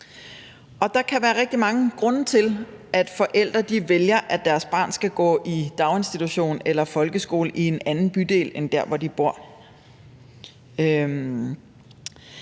Der kan være rigtig mange grunde til, at forældre vælger, at deres barn skal gå i daginstitution eller folkeskole i en anden bydel end der, hvor de bor.